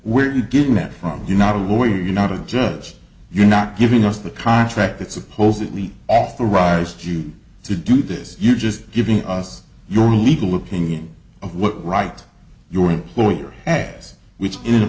we're getting that from you not a lawyer you're not a judge you're not giving us the contract that supposedly authorized you to do this you're just giving us your legal opinion of what right your employer adds which i